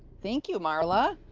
thank you, marla!